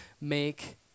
Make